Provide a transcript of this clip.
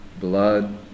blood